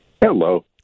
Hello